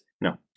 no